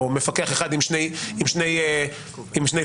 או מפקח אחד עם שני פולדרים.